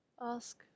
ask